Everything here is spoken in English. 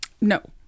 No